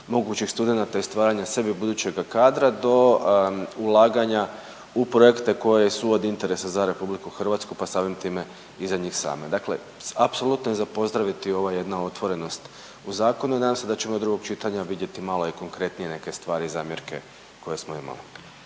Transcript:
mogućih studenata i stvaranja sebi budućega kadra do ulaganja u projekte koji su od interesa za Republiku Hrvatsku pa samim time i za njih same. Dakle, apsolutno je za pozdraviti ovo je jedna otvorenost u zakonu. Nadam se da ćemo do drugog čitanja vidjeti malo i konkretnije neke stvari, zamjerke koje smo imali.